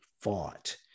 fought